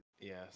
Yes